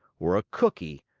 or a cookie,